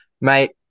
Mate